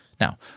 Now